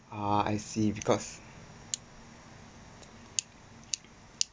ah I see because